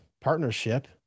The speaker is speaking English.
partnership